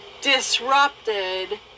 disrupted